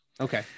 okay